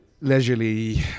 leisurely